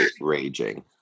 raging